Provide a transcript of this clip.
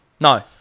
No